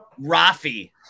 Rafi